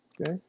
Okay